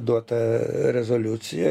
duota rezoliucija